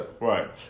Right